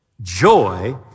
joy